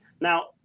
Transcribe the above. Now